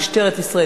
משטרת ישראל,